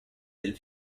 del